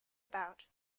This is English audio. about